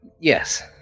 Yes